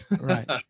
Right